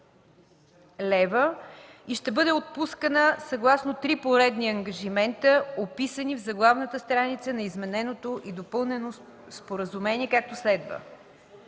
лв., и ще бъде отпускана съгласно три поредни ангажимента, описани в заглавната страница на измененото и допълнено Споразумение, както следва: